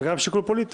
וגם שיקול פוליטי.